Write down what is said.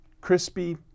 Crispy